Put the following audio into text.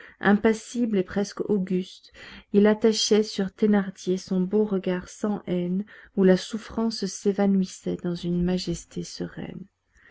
impassible et presque auguste il attachait sur thénardier son beau regard sans haine où la souffrance s'évanouissait dans une majesté sereine